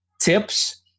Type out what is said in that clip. tips